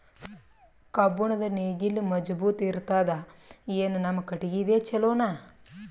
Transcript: ಕಬ್ಬುಣದ್ ನೇಗಿಲ್ ಮಜಬೂತ ಇರತದಾ, ಏನ ನಮ್ಮ ಕಟಗಿದೇ ಚಲೋನಾ?